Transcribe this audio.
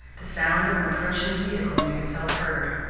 the sound of an approaching vehicle made itself heard.